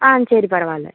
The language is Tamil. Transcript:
ஆம் சரி பரவாயில்ல